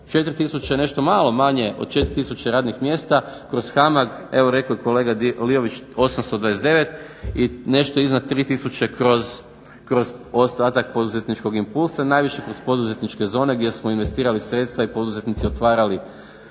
se. Malo manje od 4 tisuće radnih mjesta kroz HAMAG. Evo rekao je kolega Liović 829 i nešto iznad 3 tisuće kroz ostatak poduzetničkog impulsa, najviše kroz poduzetničke zone gdje smo investirali sredstva i poduzetnici otvarali